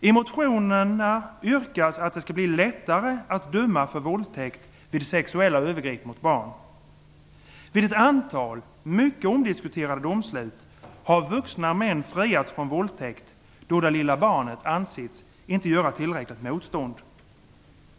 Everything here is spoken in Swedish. I motionerna yrkas att det skall bli lättare att döma för våldtäkt vid sexuella övergrepp mot barn. Vid ett antal mycket omdiskuterade domslut har vuxna män friats från våldtäkt då det lilla barnet inte ansetts göra tillräckligt motstånd.